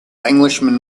englishman